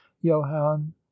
johann